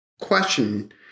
question